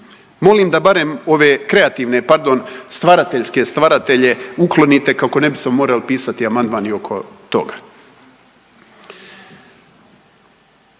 Molim da barem ove kreativne, pardon, stvarateljske stvaratelje uklonite kako ne bismo morali pisati amandman i oko toga.